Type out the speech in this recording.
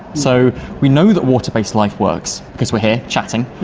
so we know that water-based life works because we're here chatting,